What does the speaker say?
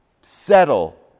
settle